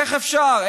איך אפשר?